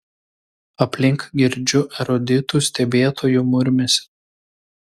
aplink girdžiu eruditų stebėtojų murmesį